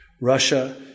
Russia